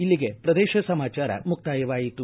ಇಲ್ಲಿಗೆ ಪ್ರದೇಶ ಸಮಾಚಾರ ಮುಕ್ತಾಯವಾಯಿತು